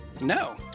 No